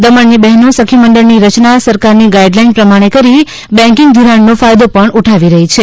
દમણની બહેનો સખી મંડળની રચના સરકારની ગાઈ ડલાઈન પ્રમાણે કરી બેંકિંગ ધિરાણનો ફાયદો પણ ઉઠાવી રહી છે